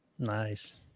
Nice